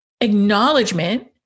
acknowledgement